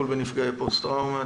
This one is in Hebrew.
שעוסקת בטיפול בנפגעי פוסט טראומה.